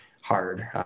hard